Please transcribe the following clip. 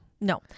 No